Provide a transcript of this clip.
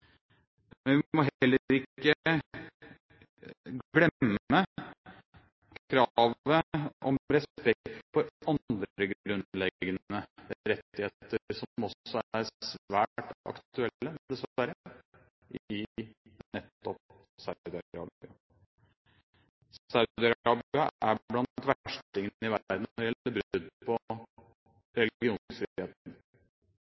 Men vi må heller ikke glemme kravet om respekt for andre grunnleggende rettigheter, som også er svært aktuelle, dessverre, i nettopp Saudi-Arabia. Saudi-Arabia er blant verstingene i verden når det gjelder brudd på